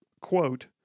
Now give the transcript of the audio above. quote